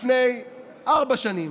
לפני ארבע שנים,